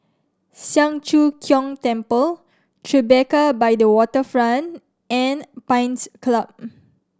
Siang Cho Keong Temple Tribeca by the Waterfront and Pines Club